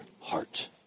heart